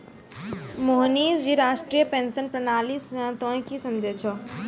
मोहनीश जी राष्ट्रीय पेंशन प्रणाली से तोंय की समझै छौं